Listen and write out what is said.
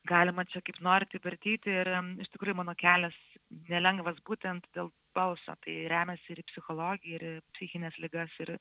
galima čia kaip norit jį vartyti ir iš tikrųjų mano kelias nelengvas būtent dėl balso tai remiasi ir į psichologiją ir į psichines ligas ir